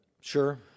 Sure